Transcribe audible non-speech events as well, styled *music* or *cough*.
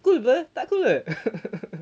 cool [pe] tak cool ke *laughs*